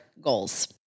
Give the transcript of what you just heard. goals